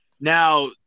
now